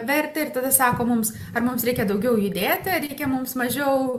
vertę ir tada sako mums ar mums reikia daugiau judėti ar reikia mums mažiau